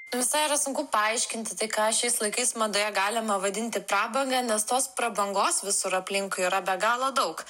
visai yra sunku paaiškinti tai ką šiais laikais madoje galima vadinti prabanga nes tos prabangos visur aplinkui yra be galo daug